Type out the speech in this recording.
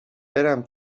برم